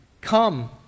Come